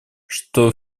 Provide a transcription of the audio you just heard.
что